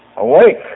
Awake